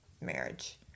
marriage